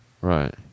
Right